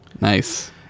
Nice